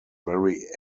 very